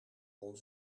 won